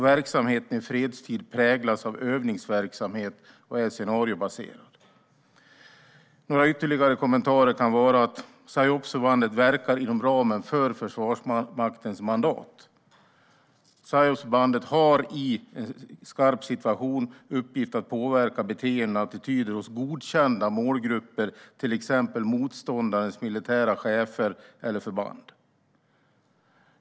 Verksamheten i fredstid präglas av övningsverksamhet och är scenariobaserad. Några ytterligare kommentarer kan vara att psyopsförbandet verkar inom ramen för Försvarsmaktens mandat. Psyopsförbandet har i en skarp situation i uppgift att påverka beteenden och attityder hos godkända målgrupper, till exempel motståndarens militära chefer eller förband.